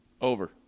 Over